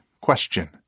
Question